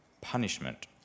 Punishment